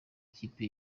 ikipe